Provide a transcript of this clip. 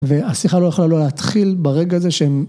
והשיחה לא יכולה לא להתחיל ברגע זה שהם.